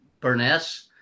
Burness